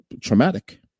traumatic